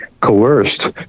coerced